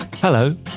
Hello